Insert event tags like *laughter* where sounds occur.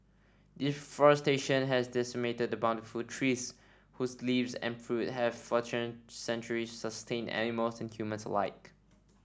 deforestation has decimated the bountiful tree whose leaves and fruit have *unintelligible* centuries sustained animals and humans alike *noise*